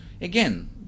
again